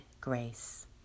grace